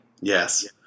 Yes